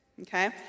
Okay